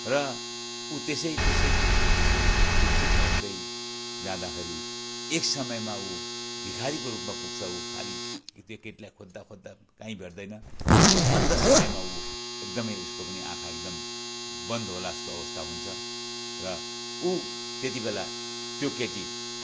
र ऊ त्यसै त्यसै त्यसै त्यसै विक्षिप्त हुँदै जाँदाखेरि एक समयमा ऊ भिखारीको रूपमा पुग्छ ऊ खालि त्यो केटीलाई खोज्दा खोज्दा काहीँ भेट्दैन अन्त समयमा ऊ एकदमै उसको पनि आँखा एकदम बन्द होला जस्तो अवस्था हुन्छ र ऊ त्यति बेला त्यो केटी